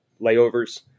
layovers